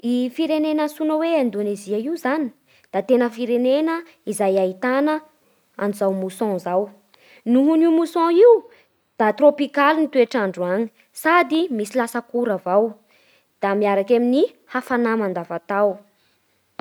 I Firene antsoina hoe Indonezia io zany da tena firenena izay ahitana an'izao mousson izao. Noho io mousson io da trôpikaly ny toetr'andro any sady misy latsak'ora avao da miaraky amin'ny hafanà mandavatao.